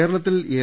കേരളത്തിൽ എൽ